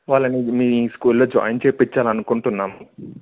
వాళ్ళని మీ స్కూల్లో జాయిన్ చేయించాలనుకుంటున్నాము